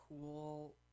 cool